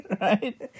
right